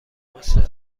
واسه